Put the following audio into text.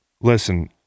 Listen